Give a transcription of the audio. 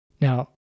Now